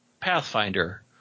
Pathfinder